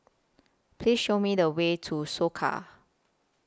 Please Show Me The Way to Soka